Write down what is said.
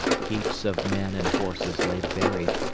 heaps of men and horses lay buried,